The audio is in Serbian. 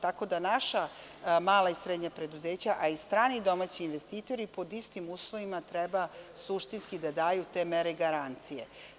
Tako da naša mala i srednja preduzeća, a i strani i domaći investitori pod istim uslovima treba suštinski da daju te mere i garancije.